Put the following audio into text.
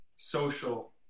social